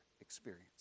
experience